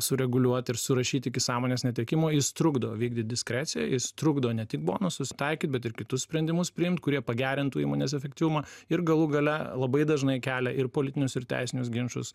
sureguliuot ir surašyt iki sąmonės netekimo jis trukdo vykdyt diskreciją jis trukdo ne tik bonusus taikyt bet ir kitus sprendimus priimt kurie pagerintų įmonės efektyvumą ir galų gale labai dažnai kelia ir politinius ir teisinius ginčus